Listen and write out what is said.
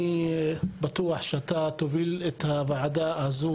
אני בטוח שאתה תוביל את הוועדה הזאת